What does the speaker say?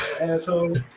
Asshole